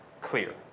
clear